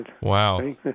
Wow